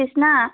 তৃষ্ণা